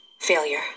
failure